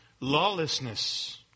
lawlessness